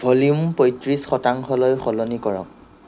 volume পয়ত্ৰিছ শতাংশলৈ সলনি কৰক